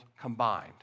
combined